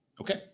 Okay